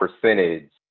percentage